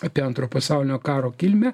apie antro pasaulinio karo kilmę